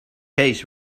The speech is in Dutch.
kees